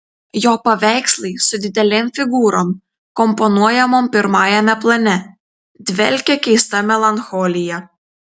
jo paveikslai su didelėm figūrom komponuojamom pirmajame plane dvelkia keista melancholija